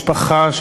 משפחה,